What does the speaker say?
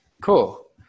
cool